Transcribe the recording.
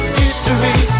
history